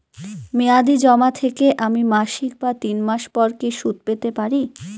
মেয়াদী জমা থেকে আমি মাসিক বা তিন মাস পর কি সুদ পেতে পারি?